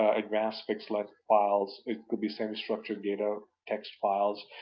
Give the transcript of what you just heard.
ah advanced fixed-length files, it could be same structured data, text files,